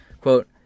Quote